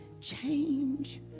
change